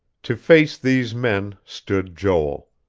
to face these men stood joel.